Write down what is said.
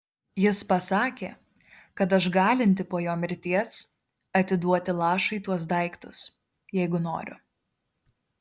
jis pasakė kad aš galinti po jo mirties atiduoti lašui tuos daiktus jeigu noriu